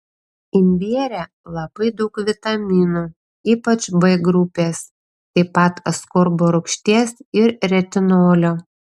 imbiere labai daug vitaminų ypač b grupės taip pat askorbo rūgšties ir retinolio